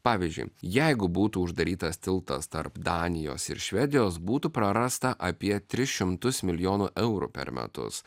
pavyzdžiui jeigu būtų uždarytas tiltas tarp danijos ir švedijos būtų prarasta apie tris šimtus milijonų eurų per metus